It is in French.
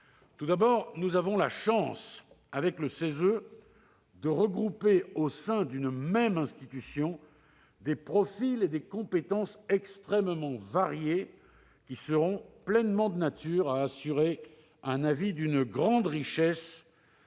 Tout d'abord, nous avons la chance, avec le CESE, de regrouper, au sein d'une même institution, des profils et des compétences extrêmement variés qui seront pleinement de nature à assurer un avis d'une grande richesse,